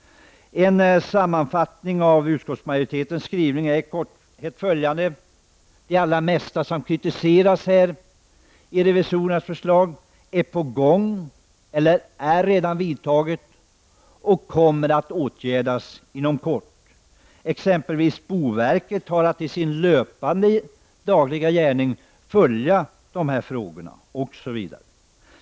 En sammanfattning av utskottsmajoritetens skrivning blir i korthet följande: När det gäller det mesta som revisorerna kritiserar i sitt förslag är man redan på gång. Åtgärder har redan vidtagits eller också kommer det att ske inom kort. T.ex. har boverket i sin löpande, dagliga gärning att följa dessa frågor.